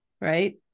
right